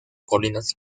colinas